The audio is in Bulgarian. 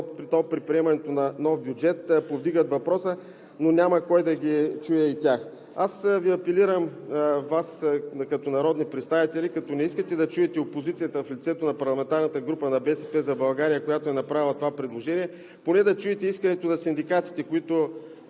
при приемането на нов бюджет, да повдигат въпроса, но няма кой да ги чуе и тях. Апелирам Ви като народни представители: като не искате да чуете опозицията в лицето на парламентарната група на „БСП за България“, която е направила това предложение, поне да чуете искането на синдикатите, които